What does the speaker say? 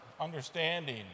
understanding